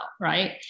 right